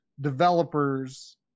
developers